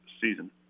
season